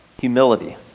Humility